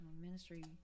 ministry